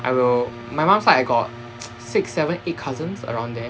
I will my mum side I got six seven eight cousins around there